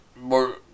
more